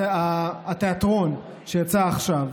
התיאטרון שיצא עכשיו.